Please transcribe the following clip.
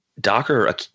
Docker